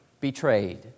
betrayed